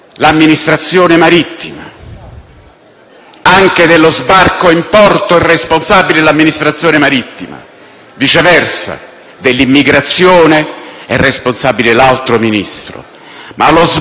anche dello sbarco in porto è responsabile l'Amministrazione marittima. Viceversa, dell'immigrazione è responsabile l'altro Ministro; ma lo sbarco in porto, l'approdo di naufraghi